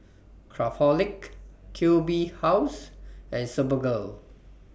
Craftholic Q B House and Superga